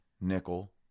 Nickel